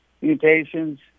mutations